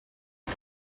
cup